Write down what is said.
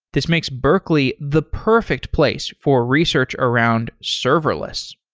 this makes berkeley the perfect place for research around serverless.